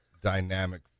dynamic